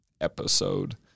episode